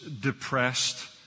depressed